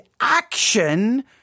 action